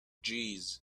jeez